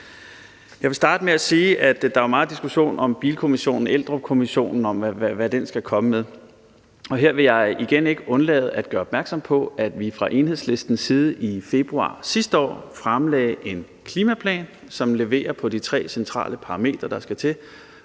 Jeg vil starte med at sige, at der jo er meget diskussion om, hvad bilkommissionen, Eldrupkommissionen, skal komme med. Og her vil jeg igen ikke undlade at gøre opmærksom på, at vi fra Enhedslistens side i februar sidste år fremlagde en klimaplan, som leverer på de tre centrale parametre, der skal til,